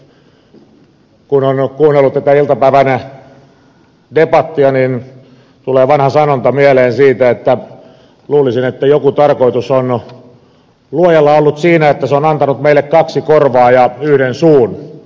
kun on kuunnellut tätä iltapäivän debattia niin siitä tulee mieleen vanha sanonta että luulisin että joku tarkoitus on luojalla ollut siinä että se on antanut meille kaksi korvaa ja yhden suun